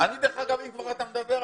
אל תכניס מפגינים.